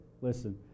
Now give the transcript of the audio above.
listen